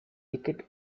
ticket